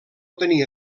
tenia